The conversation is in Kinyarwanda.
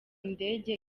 indege